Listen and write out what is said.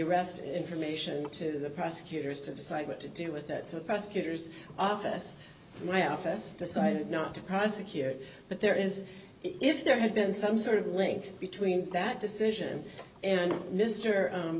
arrest information to the prosecutors to decide what to do with it so the prosecutor's office my office decided not to prosecute but there is if there had been some sort of link between that decision and mr